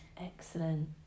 Excellent